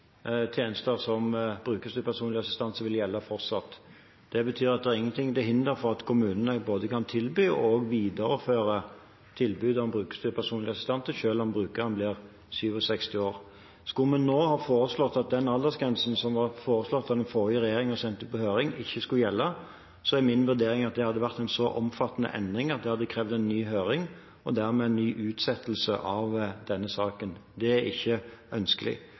tjenester som brukes til personlig assistanse, vil gjelde fortsatt. Det betyr at det ikke er noe som hindrer at kommunene kan både tilby og videreføre tilbudet om brukerstyrt personlig assistanse selv om brukeren blir 67 år. Skulle vi nå ha foreslått at den aldersgrensen som ble foreslått av den forrige regjeringen og sendt ut på høring, ikke skulle gjelde, er min vurdering at det hadde vært en så omfattende endring at det hadde krevd en ny høring og dermed en ny utsettelse av denne saken. Det er ikke ønskelig.